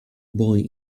boy